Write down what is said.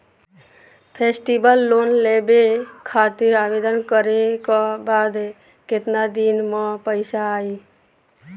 Festival loan लेवे खातिर आवेदन करे क बाद केतना दिन म पइसा आई?